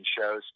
shows